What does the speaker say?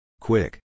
Quick